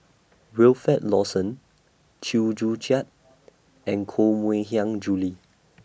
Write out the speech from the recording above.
Wilfed Lawson Chew Joo Chiat and Koh Mui Hiang Julie